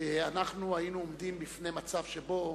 אנחנו היינו עומדים בפני מצב שבו